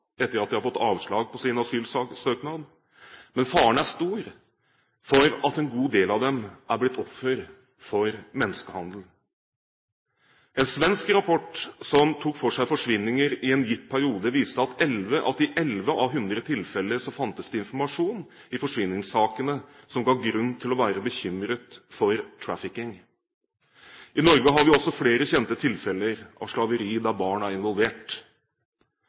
etter at de har fått avslag på sin asylsøknad. Men faren er stor for at en god del av dem er blitt offer for menneskehandel. En svensk rapport som tok for seg forsvinninger i en gitt periode, viste at i 11 av 100 tilfeller fantes det informasjon i forsvinningssakene som ga grunn til å være bekymret for trafficking. I Norge har vi også flere kjente tilfeller av slaveri der barn er involvert.